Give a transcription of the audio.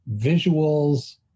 visuals